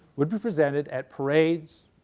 would be presented at parades,